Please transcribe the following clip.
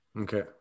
Okay